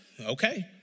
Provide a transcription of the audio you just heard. Okay